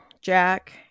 Jack